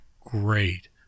great